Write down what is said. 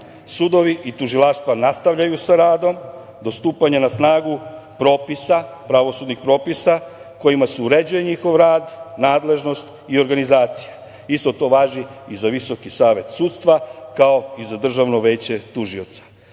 Sudovi i tužilaštva nastavljaju sa radom, do stupanja na snagu pravosudnih propisa kojima se uređuje njihov rad, nadležnost i organizacija. Isto to važi i za VSS, kao i za državno veće tužioca. Takođe